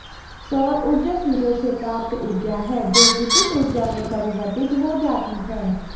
सौर ऊर्जा सूर्य से प्राप्त ऊर्जा है जो विद्युत ऊर्जा में परिवर्तित हो जाती है